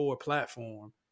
platform